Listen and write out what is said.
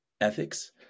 ethics